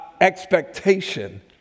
expectation